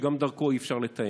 שגם דרכו אי-אפשר לתאם.